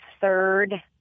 third